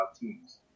teams